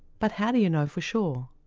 but how do you know for sure?